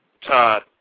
Todd